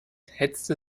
hetzte